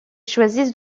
choisissent